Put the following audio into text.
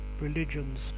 religions